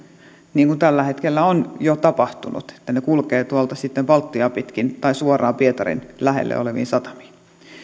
niin kuin tällä hetkellä on jo tapahtunut että ne kulkevat tuolta baltiaa pitkin tai suoraan pietarin lähellä oleviin satamiin